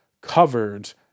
covered